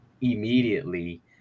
immediately